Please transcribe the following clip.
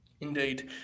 Indeed